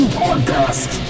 podcast